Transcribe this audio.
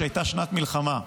שהייתה שנת מלחמה,